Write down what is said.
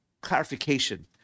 clarification